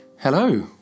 Hello